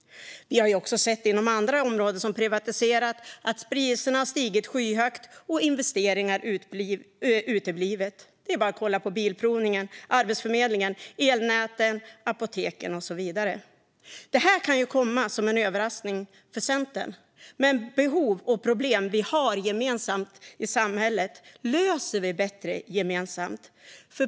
Vi har också sett inom andra områden som har privatiserat att priser har stigit skyhögt och att investeringar har uteblivit. Det är bara att kolla på Bilprovningen, Arbetsförmedlingen, elnäten, apoteken och så vidare. Det här kan komma som en överraskning för Centern, men behov och problem vi har gemensamt i samhället löser vi bättre gemensamt.